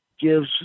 gives